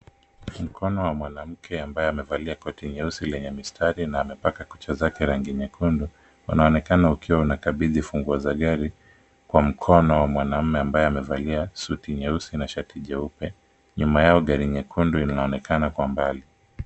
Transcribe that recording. Mkono wa mwanamke ambaye amevalia koti nyeusi lenye mistari na amepaka kucha zake rangi nyekundu, unaonekana ukiwa unakabidhi funguo za gari kwa mkono wa mwanamume ambaye amevalia suti jeusi na shati jeupe. Nyuma yao gari nyekundu linaonekana kwa mbali.